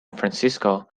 francisco